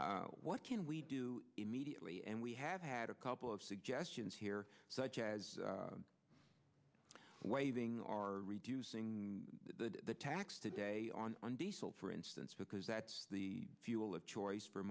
what can we do immediately and we have had a couple of suggestions here such as waiving our reducing the tax today on on diesel for instance because that's the fuel of choice for